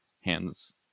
hands